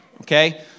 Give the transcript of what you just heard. okay